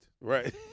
right